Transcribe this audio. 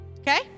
okay